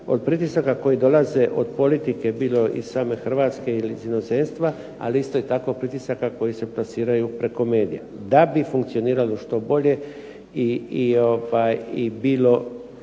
od pritisaka koji dolaze od politike, bilo iz same Hrvatske ili iz inozemstva, ali isto tako i pritisaka koji se plasiraju preko medija da bi funkcioniralo što bolje i bilo